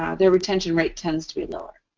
um their retention rate tends to be lower.